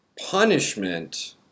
punishment